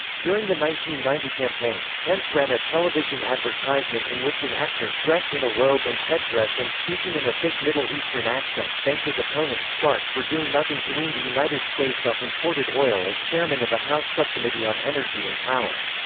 ninety ninety campaign, pence ran a television advertisement in which an actor, dressed in a robe and headdress and speaking in a thick middle eastern accent, thanked his opponent, sharp, for doing nothing to wean the united states off imported oil as chairman of a house subcommittee on energy and power.